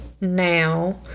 now